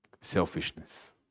Selfishness